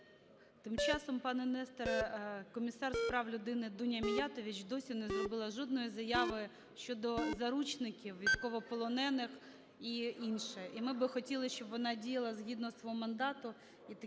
Тим часом, пане Несторе, Комісар з прав людини Дуня Міятович досі не зробила жодної заяви щодо заручників, військовополонених і інше. І ми би хотіли, щоб вона діяла згідно свого мандату